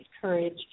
courage